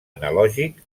analògic